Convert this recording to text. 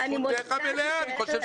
יש מומחים שיכולים לייעץ להם.